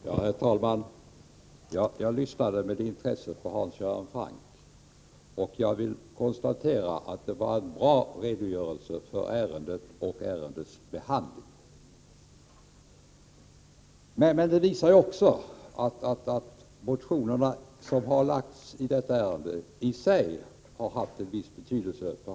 Herr talman! Jag lyssnade med intresse på Hans Göran Franck. Jag vill konstatera att det var en bra redogörelse för ärendet och för ärendets behandling. Det visade sig också att motionerna som väckts i detta ärende i sig har haft en viss betydelse.